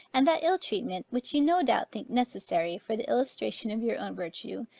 and that ill treatment, which you no doubt think necessary, for the illustration of your own virtue,